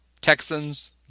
Texans